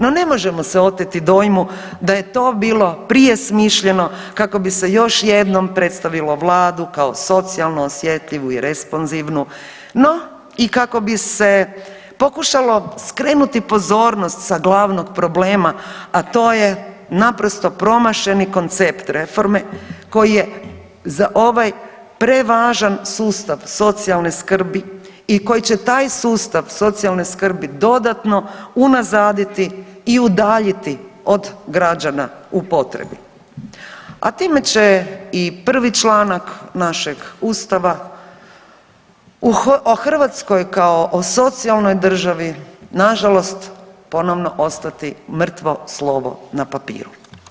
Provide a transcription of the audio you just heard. No ne možemo se oteti dojmu da je to bilo prije smišljeno kako bi se još jednom predstavilo vladu kao socijalno osjetljivu i responzivnu, no i kako bi se pokušalo skrenuti pozornost sa glavnog problema, a to je naprosto promašeni koncept reforme koji je za ovaj prevažan sustav socijalne skrbi i koji će taj sustav socijalne skrbi dodatno unazaditi i udaljiti od građana u potrebi, a time će i prvi članak našeg ustava o Hrvatskoj kao o socijalnoj državi nažalost ponovno ostati mrtvo slovo na papiru.